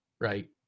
right